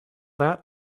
that